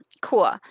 cool